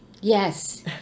Yes